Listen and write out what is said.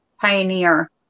pioneer